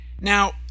Now